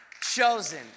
chosen